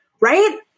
Right